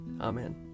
Amen